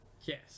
Yes